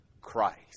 Christ